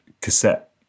cassette